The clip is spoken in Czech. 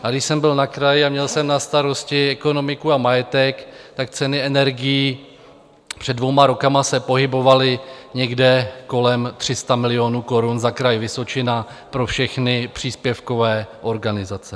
A když jsem byl na kraji a měl jsem na starosti ekonomiku a majetek, tak ceny energií před dvěma roky se pohybovaly někde kolem 300 milionů korun za Kraj Vysočina pro všechny příspěvkové organizace.